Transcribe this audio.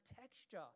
texture